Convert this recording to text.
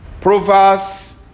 Proverbs